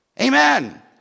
Amen